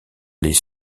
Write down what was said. les